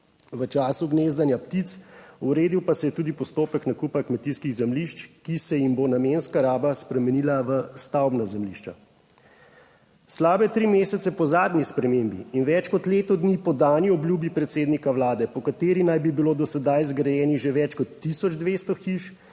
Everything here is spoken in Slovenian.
v času gnezdenja ptic, uredil pa se je tudi postopek nakupa kmetijskih zemljišč, ki se jim bo namenska raba spremenila v stavbna zemljišča. Slabe tri mesece po zadnji spremembi in več kot leto dni po dani obljubi predsednika Vlade, po kateri naj bi bilo do sedaj zgrajenih že več kot tisoč 200 hiš,